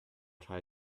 try